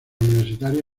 universitaria